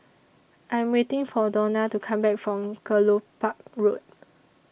I Am waiting For Dawna to Come Back from Kelopak Road